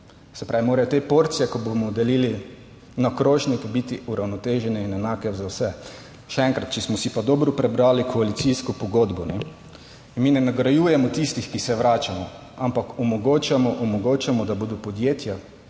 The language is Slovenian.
Se pravi, morajo te porcije, ko bomo delili na krožnik, biti uravnotežene in enake za vse. Še enkrat, če smo si pa dobro prebrali koalicijsko pogodbo, mi ne nagrajujemo tistih, ki se vračamo, ampak omogočamo, omogočamo, da bodo podjetja